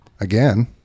again